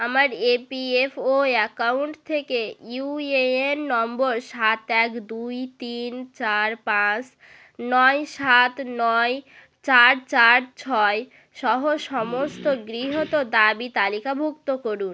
আমার EPFO account থেকে UAN নম্বর সাত এক দুই তিন চার পাঁচ নয় সাত নয় চার চার ছয় সহ সমস্ত গৃহীত দাবি তালিকাভুক্ত করুন